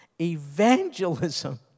evangelism